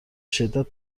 شدت